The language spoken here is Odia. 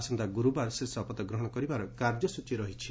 ଆସନ୍ତା ଗୁର୍ବାର ସେ ଶପଥ ଗ୍ରହଣ କରିବା କାର୍ଯ୍ୟସ୍ତଚୀ ରହିଛି